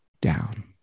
down